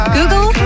Google